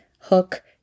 hook